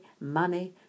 money